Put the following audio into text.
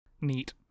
Neat